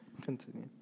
Continue